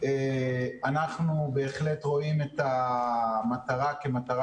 אנחנו בהחלט רואים את המטרה כמטרה